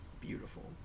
beautiful